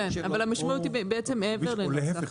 כן, אבל המשמעות היא בעצם מעבר לזה.